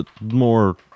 more